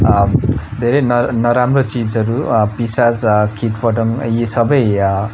धेरै नराम्रा चिजहरू पिशाज किट फटङग यी सबै